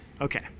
okay